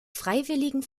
freiwilligen